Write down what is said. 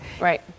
Right